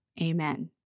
Amen